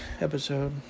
episode